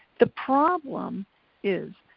the problem is,